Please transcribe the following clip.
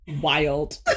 wild